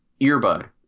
earbud